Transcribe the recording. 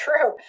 true